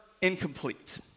incomplete